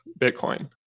Bitcoin